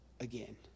again